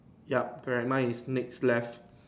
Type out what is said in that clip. ya correct mine is next left